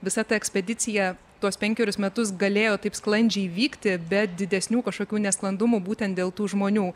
visa ta ekspedicija tuos penkerius metus galėjo taip sklandžiai vykti be didesnių kažkokių nesklandumų būtent dėl tų žmonių